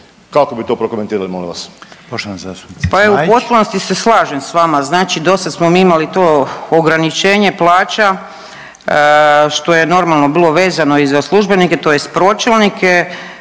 Kako bi to prokomentirali, molim vas?